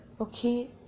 okay